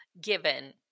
given